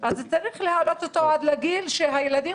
אז צריך להעלות אותו עד לגיל שהילדים